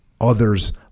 Others